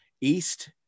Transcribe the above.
east